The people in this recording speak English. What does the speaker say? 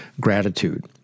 Gratitude